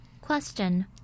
Question